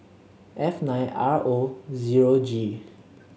F nine R O zero G